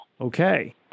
Okay